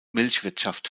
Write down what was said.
milchwirtschaft